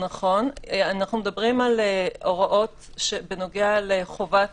אנחנו מדברים על ההוראות שנוגעות לחובת